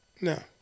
No